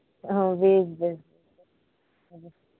ᱦᱮᱸ ᱵᱮᱥ ᱵᱮᱥ